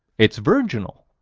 it's virginal.